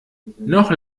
noch